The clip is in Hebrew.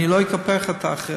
אני לא אקפח אותך.